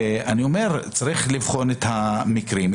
אני אומר שצריך לבחון את המקרים.